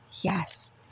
Yes